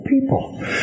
people